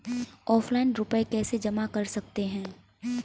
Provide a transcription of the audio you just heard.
Offline रुपये कैसे जमा कर सकते हैं?